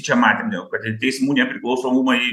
čia matėm jau kad ir teismų nepriklausomumai